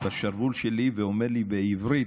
בשרוול שלי ואומר לי בעברית: